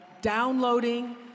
downloading